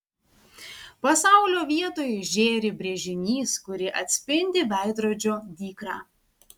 pasaulio vietoj žėri brėžinys kurį atspindi veidrodžio dykra